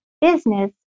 business